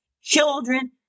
children